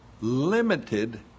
limited